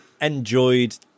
enjoyed